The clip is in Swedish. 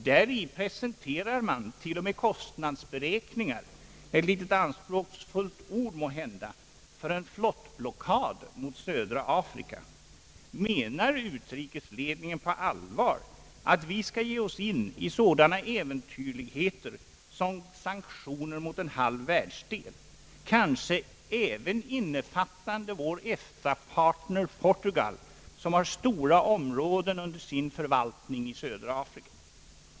Däri presenterar man till och med kostnadsberäkningar — ett litet anspråksfullt ord, måhända — för en flottblockad mot södra Afrika. Menar utrikesledningen på allvar att vi skall ge oss in i sådana äventyrligheter som sanktioner mot en halv världsdel, kanske även innefattande vår Eftapartner Portugal som har stora områden under sin förvaltning i södra Afrika?